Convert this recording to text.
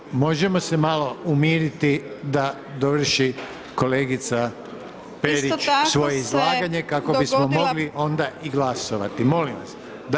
Molim vas, možemo se malo umiriti da dovrši kolegica Perić svoje izlaganje kako bismo mogli onda i glasovati, molim vas?